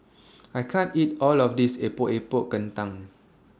I can't eat All of This Epok Epok Kentang